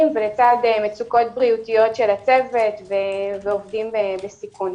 ולצד מצוקות בריאותיות של הצוות ועובדים בסיכון.